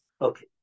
Okay